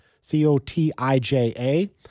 C-O-T-I-J-A